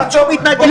שיגיד שהוא מתנגד.